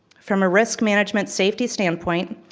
from a risk management safety standpoint,